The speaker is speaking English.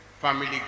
family